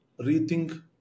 rethink